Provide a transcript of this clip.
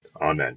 Amen